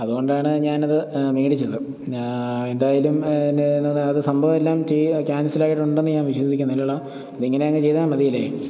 അതുകൊണ്ടാണ് ഞാൻ അത് മേടിച്ചത് പിന്നെ എന്തായാലും ഞാൻ അത് സംഭവമെല്ലാം ചെയ്തത് ക്യാൻസൽ ആയിട്ടുണ്ടെന്ന് ഞാൻ വിശ്വസിക്കുന്നു അല്ലേടാ അപ്പം ഇങ്ങനെ അങ്ങ് ചെയ്ത മതി അല്ലേ